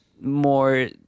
more